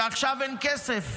ועכשיו אין כסף.